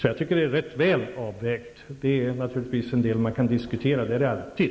Jag tycker därför att detta är rätt väl avvägt. Det finns naturligtvis en del man kan diskutera -- det finns det alltid.